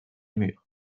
murs